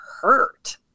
hurt